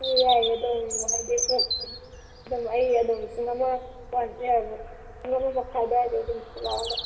ꯎꯝ ꯌꯥꯏꯌꯦ ꯑꯗꯨꯝ ꯍꯥꯏꯗꯤ ꯑꯗꯨꯝ ꯑꯩ ꯑꯗꯨꯝ ꯄꯨꯡ ꯑꯃ ꯄꯨꯡ ꯑꯃꯃꯈꯥꯏ ꯑꯗ꯭ꯋꯥꯏꯗꯩ ꯑꯗꯨꯝ ꯊꯣꯛꯂꯛꯑꯒ